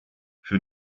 für